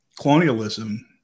colonialism